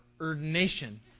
ordination